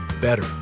better